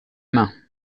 main